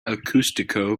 acústico